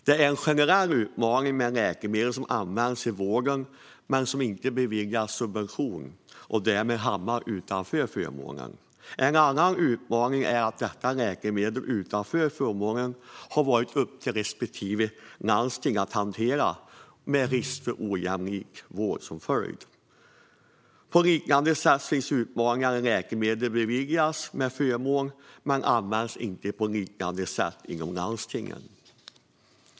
Det är en generell utmaning med läkemedel som används i vården men som inte beviljas subvention och därmed hamnar utanför förmånen. En annan utmaning är att ett läkemedel utanför förmånen har varit upp till respektive landsting att hantera med risk för ojämlik vård som följd. På liknande sätt finns utmaningar när läkemedel beviljas med förmån men inte används på liknande sätt i de olika landstingen.